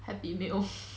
happy meal